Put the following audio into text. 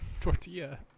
tortilla